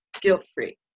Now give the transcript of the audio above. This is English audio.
guilt-free